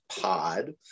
pod